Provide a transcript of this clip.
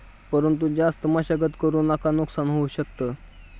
परंतु जास्त मशागत करु नका नुकसान होऊ शकत